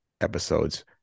episodes